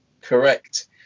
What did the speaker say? Correct